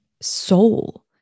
soul